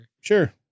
Sure